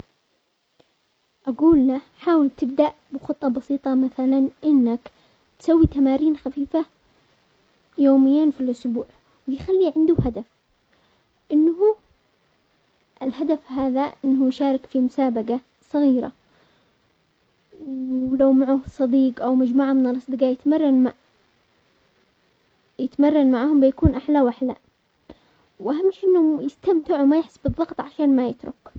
اقول له حاول تبدأ بخطة بسيطة، مثلا انك تسوي تمارين خفيفة يوميا في الاسبوع، ويخلي عنده هدف انه هو-الهدف هذا ان هو يشارك في مسابقة صغيرة، ولو معه صديق او مجموعة من الاصدقاء يتمرن مع-يتمرن معاهم بيكون احلى واحلى، واهم شي انهم يستمتعوا ما يحس بالضغط عشان ما يترك.